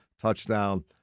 touchdown